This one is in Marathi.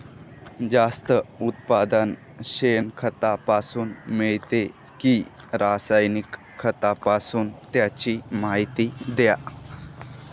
जास्त उत्पादन शेणखतापासून मिळते कि रासायनिक खतापासून? त्याची माहिती द्या